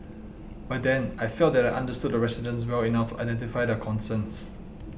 by then I felt that I understood the residents well enough to identify their concerns